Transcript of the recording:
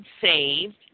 saved